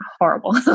horrible